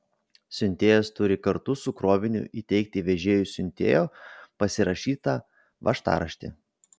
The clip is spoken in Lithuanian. siuntėjas turi kartu su kroviniu įteikti vežėjui siuntėjo pasirašytą važtaraštį